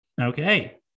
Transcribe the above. okay